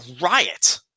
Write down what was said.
riot